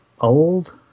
Old